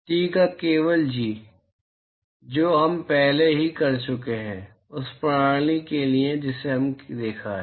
T का केवल G जो हम पहले ही कर चुके हैं उस प्रणाली के लिए जिसे हमने देखा है